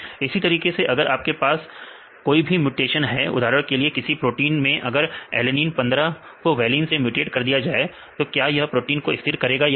इसी तरीके से अगर आपके पास कोई भी म्यूटेशन है उदाहरण के लिए किसी प्रोटीन में अगर एलिनीन 15 को वैलीन से म्यूटेट किया जाए तो क्या यह प्रोटीन को स्थिर करेगा या नहीं